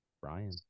Brian